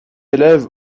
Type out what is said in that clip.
élève